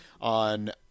on